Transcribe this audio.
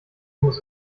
muss